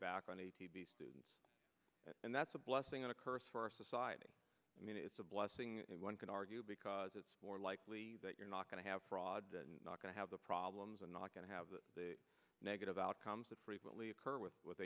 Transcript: back on the students and that's a blessing and a curse for our society i mean it's a blessing and one can argue because it's more likely that you're not going to have fraud and not going to have the problems are not going to have the negative outcomes that frequently occur with